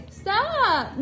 stop